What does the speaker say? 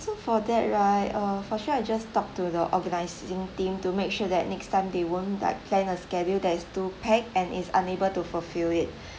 so for that right uh for sure I just talk to the organising team to make sure that next time they won't like plan a schedule that is too packed and is unable to fulfill it